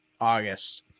August